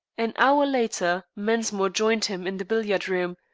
an hour later mensmore joined him in the billiard-room,